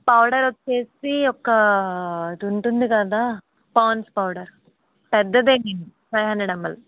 powder వచ్చేసి ఒకటి ఉంటుంది కదా పాండ్స్ పౌడర్ పెద్దదే ఫైవ్ హండ్రెడ్ ఎంఎల్